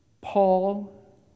Paul